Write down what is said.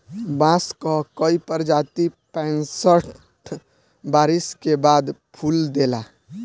बांस कअ कई प्रजाति पैंसठ बरिस के बाद फूल देला